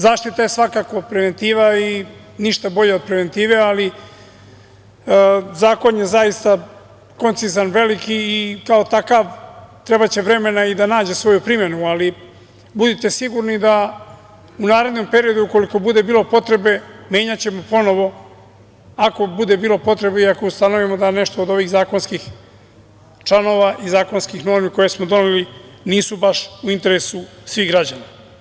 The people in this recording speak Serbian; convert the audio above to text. Zaštita je svakako preventiva i ništa bolje od preventive, ali Zakon je zaista koncizan, veliki i kao takav trebaće vremena i da nađe svoju primenu, ali budite sigurni da u narednom periodu, ukoliko bude bilo potrebe, menjaćemo ponovo, ako bude bilo potrebe i ako ustanovimo da nešto od ovih zakonskih članova i zakonskih normi koje smo doneli nisu baš u interesu svih građana.